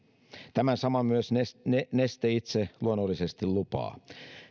tämän saman myös neste itse luonnollisesti lupaa